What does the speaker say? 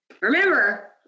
Remember